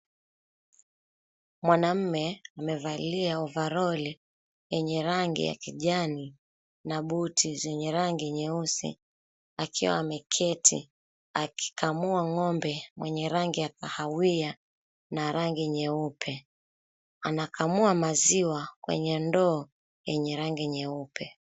Mwanaume amevalia ovaroli yenye rangi ya kijani, na buti zenye rangi nyeusi. Akiwa ameketi akikamua ng'ombe mwenye rangi ya kahawia na rangi nyeupe. Anakamua maziwa kwenye ndoo yenye rangi nyeupe.